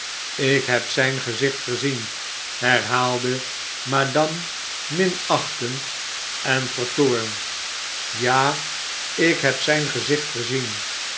lk heb zijn gezicht gezien herhaalde made duisteknis dame minachtend en vertoornd ja ik heb zijn fezicht gezien